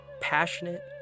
passionate